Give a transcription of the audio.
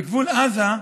בגבול עזה,